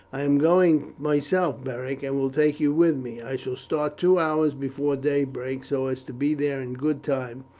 i am going myself, beric, and will take you with me. i shall start two hours before daybreak, so as to be there in good time.